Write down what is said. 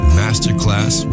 masterclass